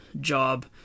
job